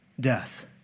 death